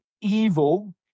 Evil